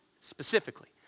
specifically